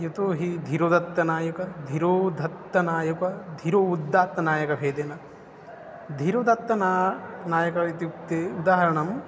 यतो हि धिरोदत्तनायकः धिरोधत्तनायकः धिरो उदात्तनायकभेदेन धिरोदत्तनायकः नायकः इत्युक्ते उदाहरणं